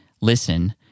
Listen